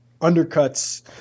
undercuts